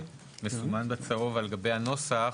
מסומן בצהוב על גבי הנוסח,